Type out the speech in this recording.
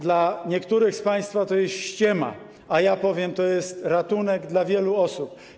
Dla niektórych z państwa to jest ściema, a ja powiem, że to jest ratunek dla wielu osób.